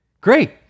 Great